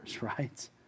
right